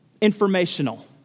informational